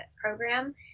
program